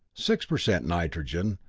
six per cent nitrogen,